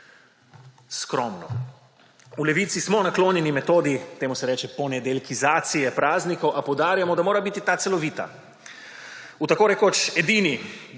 Skromno. V Levici smo naklonjeni metodi, temu se reče ponedeljkizacije praznikov, a poudarjamo, da mora biti ta celovita. V tako rekoč edini